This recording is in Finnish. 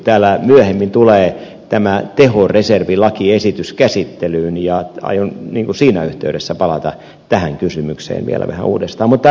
täällä myöhemmin tulee tehoreservilakiesitys käsittelyyn ja aion siinä yhteydessä palata tähän kysymykseen vielä vähän uudestaan